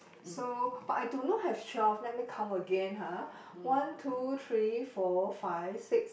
so but I do not have twelve let me count again ha one two three four five six